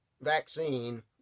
vaccine